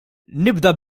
nibda